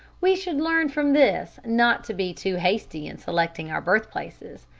we should learn from this not to be too hasty in selecting our birthplaces.